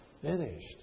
finished